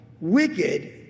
wicked